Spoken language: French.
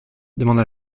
demanda